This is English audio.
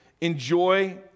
Enjoy